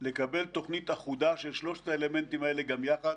לקבל תוכנית אחודה של שלושת האלמנטים האלה גם יחד,